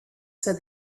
said